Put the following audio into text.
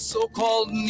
So-called